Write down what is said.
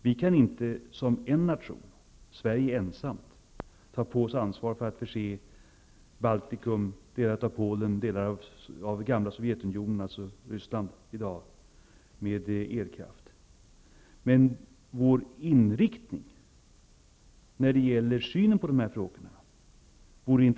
Vi kan inte ensamma ta på oss ansvaret för att förse Baltikum, delar av Polen, delar av det gamla Sovjetunionen -- dagens Det vore intressant att höra den svenska regeringens inriktning när det gäller synen på dessa frågor.